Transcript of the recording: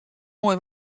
moai